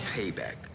Payback